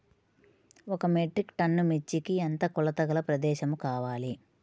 ఒక metric tonne మిర్చికి ఎంత కొలతగల ప్రదేశము కావాలీ?